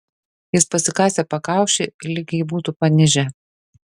jis pasikasė pakaušį lyg jį būtų panižę